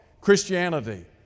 Christianity